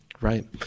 Right